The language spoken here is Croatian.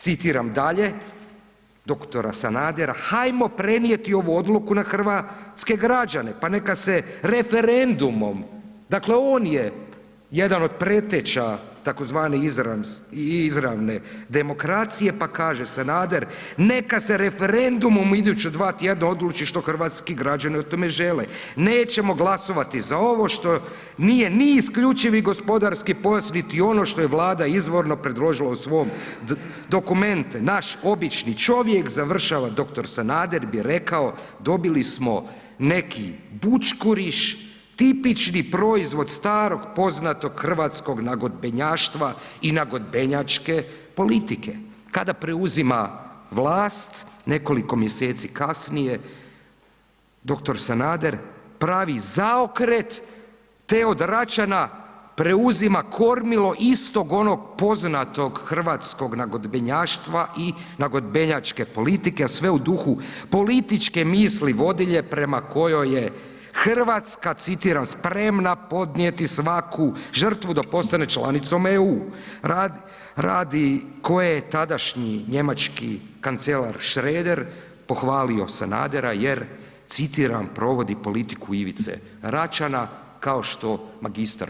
Citiram dalje dr. Sanadera „hajmo prenijeti ovu odluku na hrvatske građane, pa neka se referendumom“, dakle, on je jedan od preteća tzv. izravne demokracije, pa kaže Sanader „neka se referendumom u iduća 2 tjedna odluči što hrvatski građani o tome žele, nećemo glasovati za ovo što nije ni isključivi gospodarski pojas, niti ono što je Vlada izvorno predložila u svom dokumente, naš obični čovjek“ završava dr. Sanader bi rekao „dobili smo neki bućkuriš, tipični proizvod starog poznatog hrvatskog nagodbenjaštva i nagodbenjačke politike, kada preuzima vlast, nekoliko mjeseci kasnije dr. Sanader pravi zaokret, te od Račina preuzima kormilo istog onog poznatog hrvatskog nagodbenjaštva i nagodbenjačke politike, a sve u duhu političke misli vodilje prema kojoj je RH, citiram „spremna podnijeti svaku žrtvu da postane članicom EU“ radi koje je tadašnji njemački kancelar Šreder pohvalio Sanadera jer, citiram „provodi politiku Ivice Račana“, kao što mg.